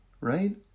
right